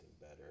better